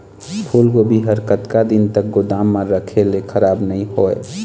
फूलगोभी हर कतका दिन तक गोदाम म रखे ले खराब नई होय?